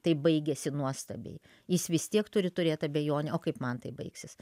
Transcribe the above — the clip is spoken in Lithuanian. tai baigėsi nuostabiai jis vis tiek turi turėt abejonę o kaip man tai baigsis